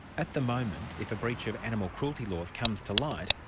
at the moment, if a breach of animal cruelty laws comes to light,